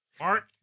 Mark